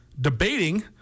debating